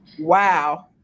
Wow